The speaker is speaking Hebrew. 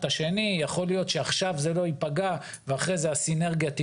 כשלא ברור מי הסמיך את